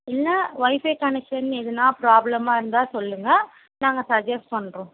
இல்லை ஒய்ஃபைவ் கனெக்ஷன் எதுனால் ப்ராப்ளமாக இருந்தால் சொல்லுங்கள் நாங்கள் சஜ்ஜஸ்ட் பண்ணுறோம்